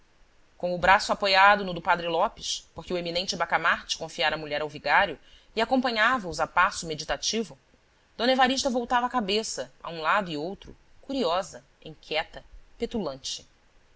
com o braço apoiado no do padre lopes porque o eminente confiara a mulher ao vigário e acompanhava-os a passo meditativod evarista voltava a cabeça a um lado e outro curiosa inquieta petulante